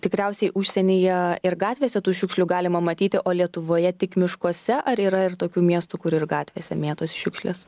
tikriausiai užsienyje ir gatvėse tų šiukšlių galima matyti o lietuvoje tik miškuose ar yra ir tokių miestų kur ir gatvėse mėtosi šiukšlės